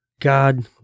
God